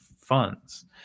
funds